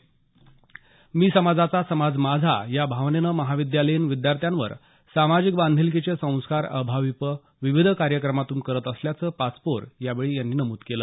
मी समाजाचा समाज माझा या भावनेने महाविद्यालयीन विद्यार्थ्यांवर सामाजिक बांधिलकीचे संस्कार अभाविप विविध कार्यक्रमातून करत असल्याचं पाचपोर यांनी यावेळी नमूद केलं